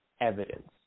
evidence